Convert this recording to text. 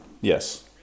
Yes